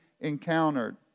encountered